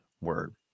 word